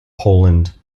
poland